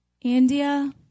India